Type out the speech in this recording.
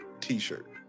t-shirt